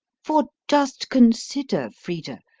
for just consider, frida,